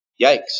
yikes